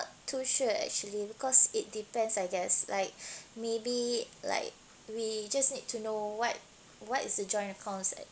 not too sure actually because it depends I guess like maybe like we just need to know what what is a joint account's